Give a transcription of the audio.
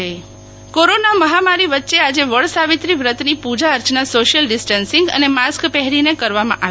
શીતલ વૈશ્વવ વડસાવિત્રી વ્રત કોરોના મહામારી વચ્ચે આજે વડ સાવિત્રી વ્રતની પૂજા અર્ચના શોશિયલ ડીસ્ટન્સિંગ અને માસ્ક પેરીને કરવામાં આવી